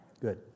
Good